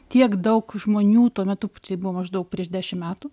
tiek daug žmonių tuo metu tai buvo maždaug prieš dešim metų